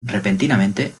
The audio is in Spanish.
repentinamente